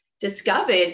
discovered